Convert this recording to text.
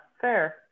fair